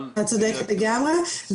את צודקת לגמרי.